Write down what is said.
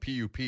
PUP